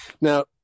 Now